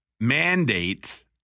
mandate